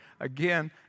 again